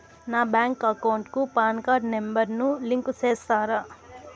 నా bank account కు PAN card number ను లింకు సేస్తారా?